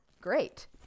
great